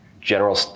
General